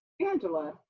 Angela